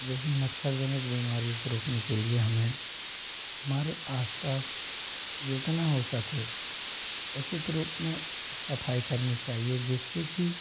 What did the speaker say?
जैसी मच्छरजनित बीमारियों को रोकने के लिए हमें हमारे आसपास जितना हो सके उचित रूप में सफाई करनी चाहिए जिससे कि